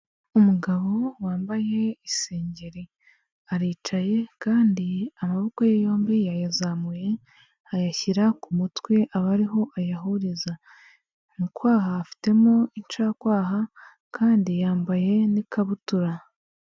Umugabo wambaye isengeri aricaye kandi amaboko ye yombi yayazamuye ayashyira ku mutwe aba ariho ayahuriza, mu kwaha afitemo incakwaha kandi yambaye n'ikabutura.